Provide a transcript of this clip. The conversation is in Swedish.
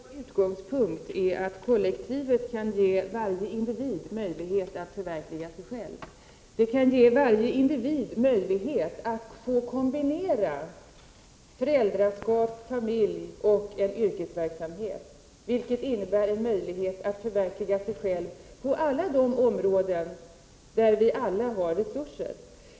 Herr talman! Vår utgångspunkt är att kollektivet kan ge varje individ möjlighet att förverkliga sig själv. Det kan ge varje individ möjlighet att faktiskt kombinera föräldraskap, familj och en yrkesverksamhet, vilket innebär en möjlighet att förverkliga sig själv på alla de områden där man har resurser.